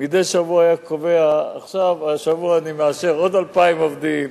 מדי שבוע היה קובע: השבוע אני מאשר עוד 2,000 עובדים,